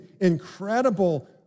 incredible